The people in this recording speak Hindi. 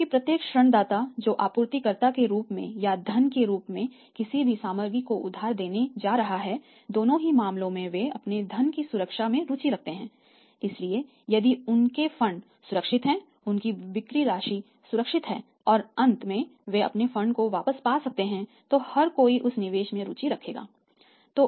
क्योंकि प्रत्येक ऋणदाता जो आपूर्तिकर्ता के रूप में या धन के रूप में किसी भी सामग्री को उधार देने जा रहा हैदोनों ही मामलों में वे अपने धन की सुरक्षा में रुचि रखते हैं इसलिए यदि उनके फंड सुरक्षित हैं उनकी बिक्री राशि सुरक्षित है और अंत में वे अपने फंड को वापस पा सकते हैं तो हर कोई उस निवेश में रुचि रखता है